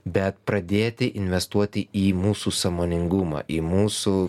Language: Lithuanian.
bet pradėti investuoti į mūsų sąmoningumą į mūsų